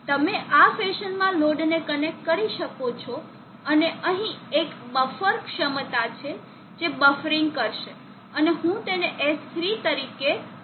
તમે આ ફેશનમાં લોડને કનેક્ટ કરી શકો છો અને અહીં એક બફર ક્ષમતા છે જે બફરિંગ કરશે અને હું તેને S3 તરીકે બોલાવીશ